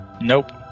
Nope